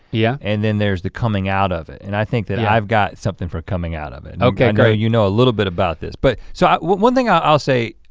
yeah. and then there's the coming out of it and i think that i've got something for coming out of it. okay great. you know a little bit about this but so one thing i'll say,